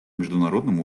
международном